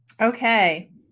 Okay